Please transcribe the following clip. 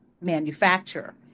manufacture